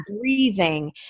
breathing